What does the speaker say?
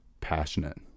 passionate